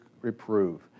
reprove